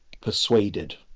persuaded